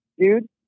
dude